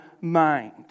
mind